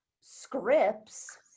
scripts